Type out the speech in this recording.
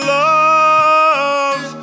love